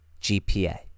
GPA